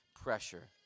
pressure